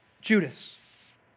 Judas